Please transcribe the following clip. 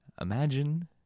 Imagine